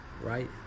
right